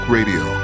Radio